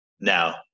now